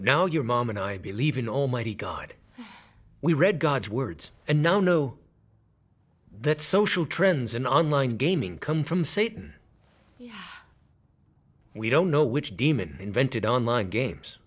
now your mom and i believe in almighty god we read god's words and now know that social trends and online gaming come from satan we don't know which demon invented online games